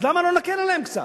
אז למה לא להקל עליהם קצת?